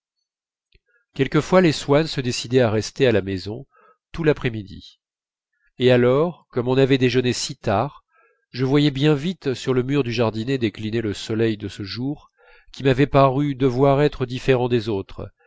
quelquefois les swann se décidaient à rester à la maison tout l'après-midi et alors comme on avait déjeuné si tard je voyais bien vite sur le mur du jardinet décliner le soleil de ce jour qui m'avait paru devoir être différent des autres